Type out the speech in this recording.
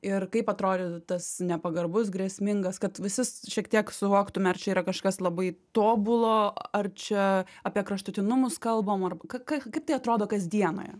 ir kaip atrodytų tas nepagarbus grėsmingas kad visis šiek tiek suvoktume ar čia yra kažkas labai tobulo ar čia apie kraštutinumus kalbam ar k k kaip tai atrodo kasdienoje